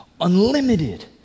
unlimited